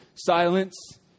Silence